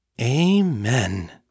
Amen